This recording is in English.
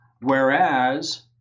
whereas